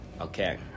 okay